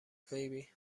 فیبی